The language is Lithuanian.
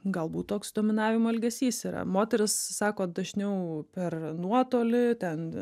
galbūt toks dominavimo elgesys yra moterys sako dažniau per nuotolį ten